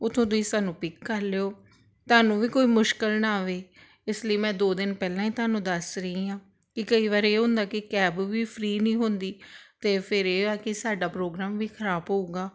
ਉੱਥੋਂ ਤੁਸੀਂ ਸਾਨੂੰ ਪਿਕ ਕਰ ਲਿਓ ਤੁਹਾਨੂੰ ਵੀ ਕੋਈ ਮੁਸ਼ਕਲ ਨਾ ਆਵੇ ਇਸ ਲਈ ਮੈਂ ਦੋ ਦਿਨ ਪਹਿਲਾਂ ਹੀ ਤੁਹਾਨੂੰ ਦੱਸ ਰਹੀ ਹਾਂ ਵੀ ਕਈ ਵਾਰੀ ਇਹ ਹੁੰਦਾ ਕਿ ਕੈਬ ਵੀ ਫਰੀ ਨਹੀਂ ਹੁੰਦੀ ਅਤੇ ਫਿਰ ਇਹ ਆ ਕਿ ਸਾਡਾ ਪ੍ਰੋਗਰਾਮ ਵੀ ਖਰਾਬ ਹੋਊਗਾ